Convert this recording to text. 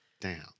down